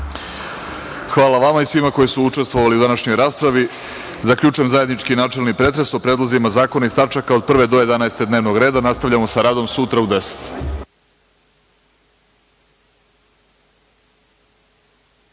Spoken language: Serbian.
Hvala vama i svima koji su učestvovali u današnjoj raspravi. Zaključujem zajednički načelni pretres o predlozima zakona iz tačaka od 1. do 11. dnevnog reda. Nastavljamo sa radom sutra u 10.00